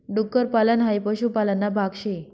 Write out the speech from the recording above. डुक्कर पालन हाई पशुपालन ना भाग शे